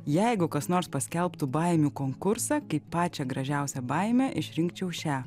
jeigu kas nors paskelbtų baimių konkursą kaip pačią gražiausią baimę išrinkčiau šią